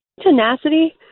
tenacity